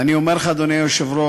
ואני אומר לך, אדוני היושב-ראש,